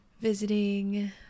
visiting